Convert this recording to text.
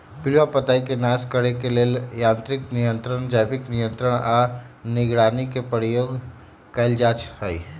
पिलुआ पताईके नाश करे लेल यांत्रिक नियंत्रण, जैविक नियंत्रण आऽ निगरानी के प्रयोग कएल जाइ छइ